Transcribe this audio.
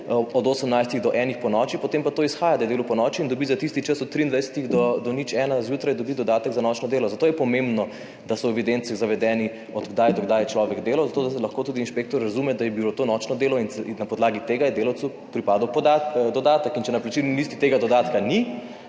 od 18. do enih ponoči, potem pa to izhaja, da je delal ponoči in dobi za tisti čas od 23 do 01 zjutraj, dobi dodatek za nočno delo. Zato je pomembno, da so v evidenci zavedeni od kdaj do kdaj je človek delal, zato da se lahko tudi inšpektor razume, da je bilo to nočno delo. In na podlagi tega je delavcu pripadel dodatek. In če na plačilni listi tega dodatka ni,